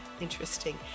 Interesting